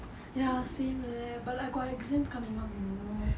ya same leh but I got exam coming up you know